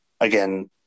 again